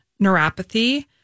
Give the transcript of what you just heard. neuropathy